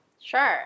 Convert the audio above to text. Sure